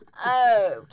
Okay